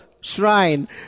shrine